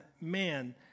man